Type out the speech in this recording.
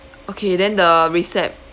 okay then the recep~